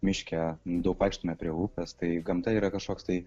miške daug vaikštome prie upės tai gamta yra kažkoks tai